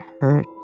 hurt